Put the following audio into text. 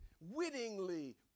wittingly